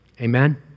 Amen